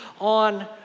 on